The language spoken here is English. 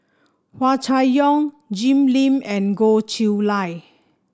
Hua Chai Yong Jim Lim and Goh Chiew Lye